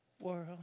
world